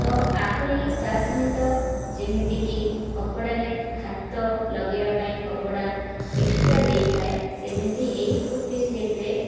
ତ ଆହୁରି ତା'ସହିତ ଯେମିତିକି କପଡ଼ାରେ ହାତ ଲଗାଇବା ପାଇଁ କପଡ଼ା ଏକ୍ସଟ୍ରା ଦେଇଥାଏ ସେମିତି ଏହି କୁର୍ତ୍ତୀ ସେଟ୍ରେ